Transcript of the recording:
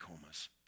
comas